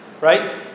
Right